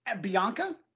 Bianca